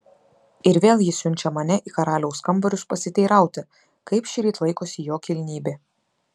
ir vėl ji siunčia mane į karaliaus kambarius pasiteirauti kaip šįryt laikosi jo kilnybė